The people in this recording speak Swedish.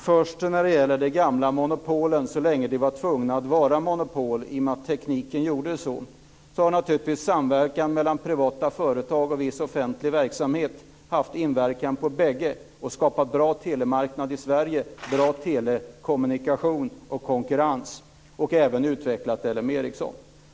Fru talman! Så länge de gamla monopolen var tvungna att vara monopol, i och med att tekniken gjorde så, har naturligtvis samverkan mellan privata företag och viss offentlig verksamhet haft inverkan på bägge och skapat en bra telemarknad i Sverige och bra telekommunikation och konkurrens och även utvecklat Ericsson.